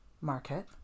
market